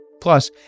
Plus